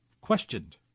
questioned